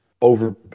over